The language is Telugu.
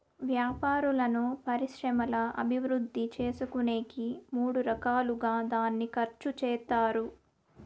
వ్యాపారాలను పరిశ్రమల అభివృద్ధి చేసుకునేకి మూడు రకాలుగా దాన్ని ఖర్చు చేత్తారు